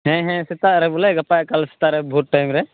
ᱦᱮᱸ ᱦᱮᱸ ᱥᱮᱛᱟᱜ ᱨᱮ ᱵᱚᱞᱮ ᱜᱟᱯᱟ ᱮᱠᱟᱞ ᱥᱮᱛᱟᱜ ᱨᱮ ᱵᱷᱳᱨ ᱴᱟᱭᱤᱢ ᱨᱮ